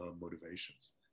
motivations